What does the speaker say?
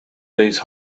these